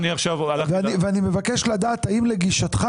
אני מבקש לדעת האם לגישתך